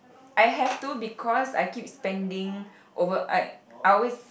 I have to because I keep spending over I I always